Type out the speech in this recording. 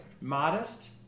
modest